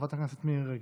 חברת הכנסת מירי